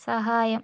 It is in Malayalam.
സഹായം